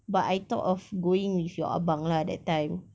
but I thought of going with your abang lah that time